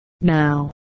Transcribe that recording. Now